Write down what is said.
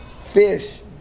fish